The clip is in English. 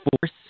force